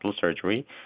surgery